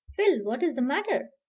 phil, what is the matter?